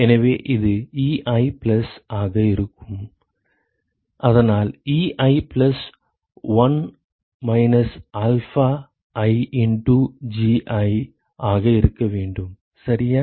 எனவே இது Ei plus ஆக இருக்கும் அதனால் Ei plus 1 minus alpha i into Gi ஆக இருக்க வேண்டும் சரியா